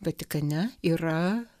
vatikane yra